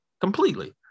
completely